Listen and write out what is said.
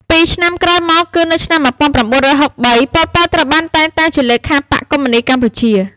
ពីរឆ្នាំក្រោយមក គឺនៅឆ្នាំ១៩៦៣ ប៉ុល ពត ត្រូវបានតែងតាំងជាលេខាបក្សកុម្មុយនីស្តកម្ពុជា។